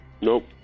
Nope